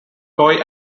toei